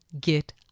get